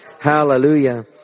Hallelujah